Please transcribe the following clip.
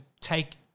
take